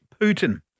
Putin